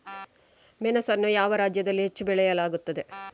ಮೆಣಸನ್ನು ಯಾವ ರಾಜ್ಯದಲ್ಲಿ ಹೆಚ್ಚು ಬೆಳೆಯಲಾಗುತ್ತದೆ?